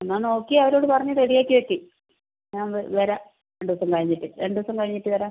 എന്നാൽ നോക്കി അവരോട് പറഞ്ഞ് റെഡി ആക്കി വെക്ക് ഞാൻ വരാം രണ്ട് ദിവസം കഴിഞ്ഞിട്ട് രണ്ട് ദിവസം കഴിഞ്ഞിട്ട് വരാം